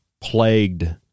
plagued